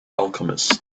alchemist